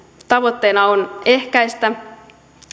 tavoitteena on ehkäistä